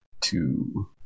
two